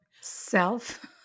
self